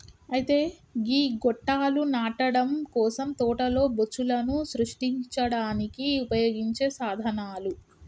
అయితే గీ గొట్టాలు నాటడం కోసం తోటలో బొచ్చులను సృష్టించడానికి ఉపయోగించే సాధనాలు